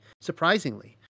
surprisingly